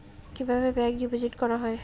কিভাবে ব্যাংকে ডিপোজিট করা হয়?